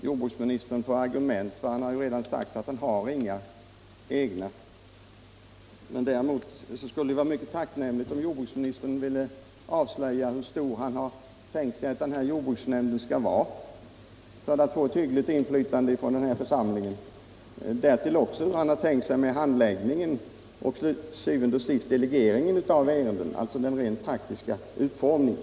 Herr talman! Jag kan här inte bemöta jordbruksministerns argument, eftersom han ju sagt att han inte har några egna sådana. Men det skulle vara mycket tacknämligt om jordbruksministern ville avslöja hur stor han har tänkt sig att jordbruksnämnden skall vara för att få ett hyggligt inflytande från samhället, hur han har tänkt sig handläggningen och, til syvende og sidst, delegeringen av ärenden, alltså den rent praktiska utformningen.